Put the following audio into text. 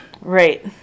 Right